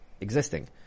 existing